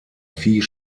vieh